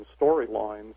storylines